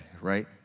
right